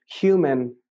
human